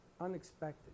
unexpected